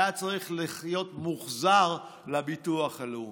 היה צריך להיות מוחזר לביטוח הלאומי.